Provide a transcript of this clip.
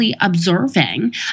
observing